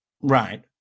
Right